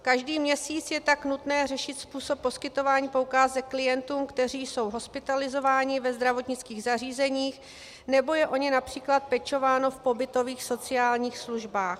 Každý měsíc je tak nutné řešit způsob poskytování poukázek klientům, kteří jsou hospitalizováni ve zdravotnických zařízeních, nebo je o ně např. pečováno v pobytových sociálních službách.